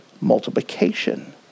multiplication